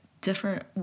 different